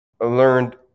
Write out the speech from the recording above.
learned